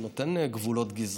והיא נותנת גבולות גזרה,